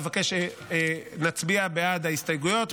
אבקש שנצביע בעד ההסתייגויות,